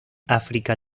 áfrica